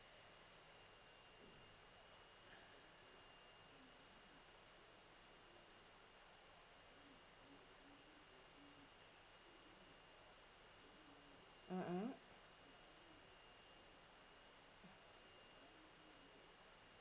mm mm